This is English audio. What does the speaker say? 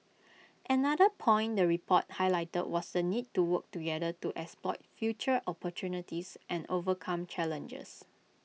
another point the report highlighted was the need to work together to exploit future opportunities and overcome challenges